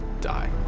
die